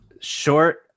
Short